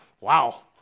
Wow